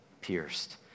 pierced